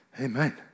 Amen